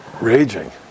raging